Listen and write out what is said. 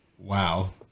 Wow